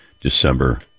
December